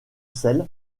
sel